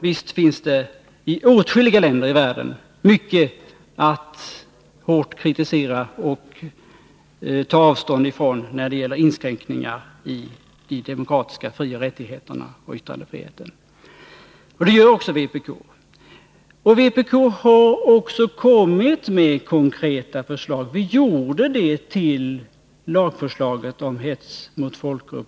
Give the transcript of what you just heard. Visst finns det i åtskilliga länder i världen mycket att hårt kritisera och ta avstånd ifrån när det gäller inskräkningar i de demokratiska frioch rättigheterna på yttrandefrihetens område. Det gör också vpk. Vpk har kommit med konkreta förslag när det gäller rasism. Vi gjorde det i vårt lagförslag om hets mot folkgrupp.